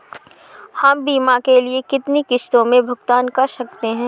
हम बीमा के लिए कितनी किश्तों में भुगतान कर सकते हैं?